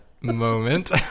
moment